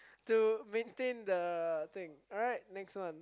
to maintain the thing alright next one